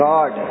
God